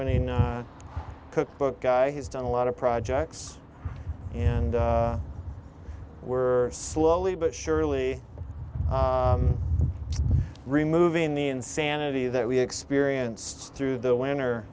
winning cookbook guy who's done a lot of projects and we're slowly but surely removing the insanity that we experience through the winner